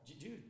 Dude